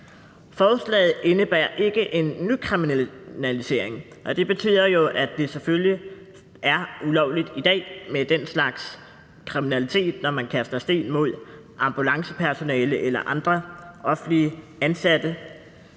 Forslaget indebærer ikke en nykriminalisering, og det betyder jo, at det selvfølgelig er ulovligt i dag at udøve den slags kriminalitet, hvor man kaster sten mod ambulancepersonale eller andre offentligt ansatte.